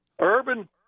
Urban